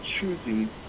choosing